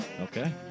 Okay